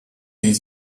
die